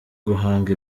guhanga